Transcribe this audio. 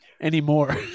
Anymore